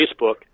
Facebook